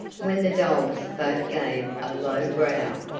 when the dogs both gave a low growl.